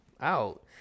out